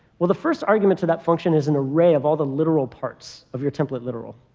well, the first argument to that function is an array of all the literal parts of your template literal.